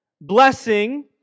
Blessing